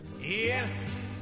Yes